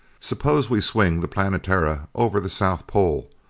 suppose we swing the planetara over the south pole.